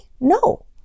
No